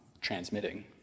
transmitting